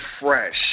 fresh